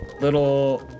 little